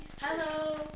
hello